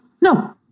no